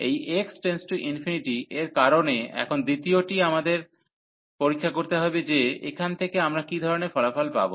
এই x→∞ এর কারণে এখন দ্বিতীয়টি আমাদের পরীক্ষা করতে হবে যে এখান থেকে আমরা কী ধরণের ফলাফল পাব